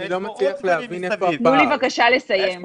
אני לא מצליח להבין --- תנו לי, בבקשה, לסיים.